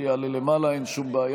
נא לשבת על מנת שאנחנו נוכל לעבור להצבעה